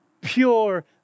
pure